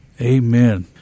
Amen